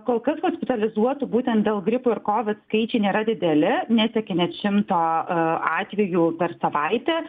kol kas hospitalizuotų būtent dėl gripų ir kovid skaičiai nėra dideli nesiekia net šimto atvejų per savaitę